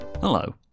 Hello